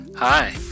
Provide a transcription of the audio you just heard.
Hi